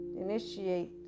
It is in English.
initiate